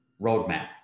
roadmap